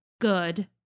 Good